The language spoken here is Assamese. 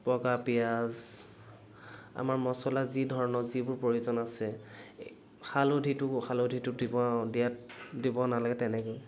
বগা পিঁয়াজ আমাৰ মচলা যি ধৰণৰ যিবোৰ প্ৰয়োজন আছে হালধিটো হালধিটো দিব দিয়াত দিব নালাগে তেনেকে